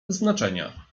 znaczenia